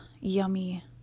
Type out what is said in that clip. yummy